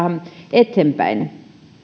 eteenpäin